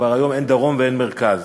וכבר היום אין דרום ואין מרכז.